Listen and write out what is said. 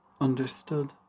understood